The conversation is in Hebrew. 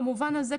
במובן הזה,